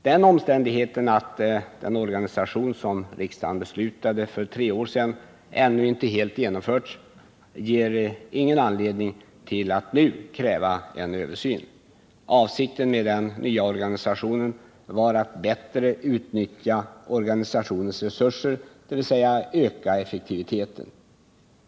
Den omständigheten att den organisation, som riksdagen beslutade om för tre år sedan ännu inte helt genomförts, ger ingen anledning att nu kräva en översyn. Avsikten med den nya organisationen var att bättre utnyttja organisationens resurser, dvs. att öka effektiviteten.